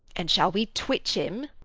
and shall we twitch him?